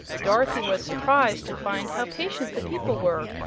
dorothy was surprised to find how patient the people were,